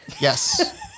Yes